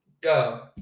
go